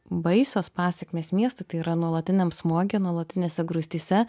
baisios pasekmės miestui tai yra nuolatiniam smoge nuolatinėse grūstyse